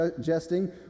jesting